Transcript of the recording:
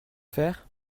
faire